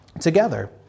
together